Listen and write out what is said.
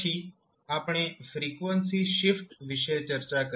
પછી આપણે frequency shift વિશે ચર્ચા કરી